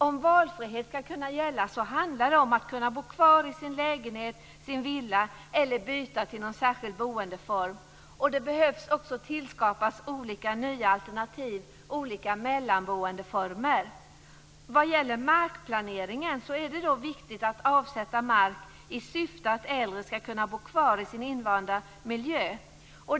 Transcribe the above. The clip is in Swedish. Om valfrihet ska kunna gälla handlar det om att kunna bo kvar i sin lägenhet eller villa eller byta till någon särskild boendeform. Det behövs också tillskapas olika nya alternativ, olika mellanboendeformer. Vad gäller markplaneringen är det viktigt att avsätta mark i syfte att äldre ska kunna bo kvar i sin invanda miljö.